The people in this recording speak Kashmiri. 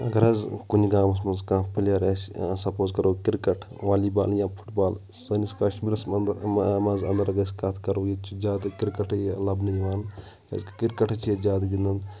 اَگر اَز کُنہِ گامَس منٛز کانٛہہ پٕلیر آسہِ سَپوز کَرُو کِرکَٹ والی بال یا فُٹ بال سٲنِس کَشمِیٖرَس منٛز اَندَر گَژھ کَتھ کَرٕنۍ چھِ زیادٕ کرکَٹٕے لَبنہٕ یِوان کِیٛازِ کہِ کرکَٹٕے چھِ أسۍ زیادٕ گِنٛدان